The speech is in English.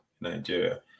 Nigeria